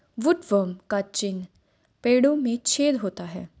woodworm का चिन्ह पेड़ों में छेद होता है